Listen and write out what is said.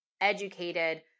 educated